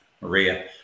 Maria